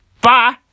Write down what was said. bye